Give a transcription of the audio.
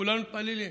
כולם מתפללים.